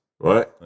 right